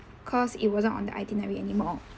cause it wasn't on the itinerary anymore